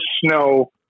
snow